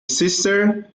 sister